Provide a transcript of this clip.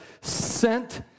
sent